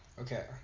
Okay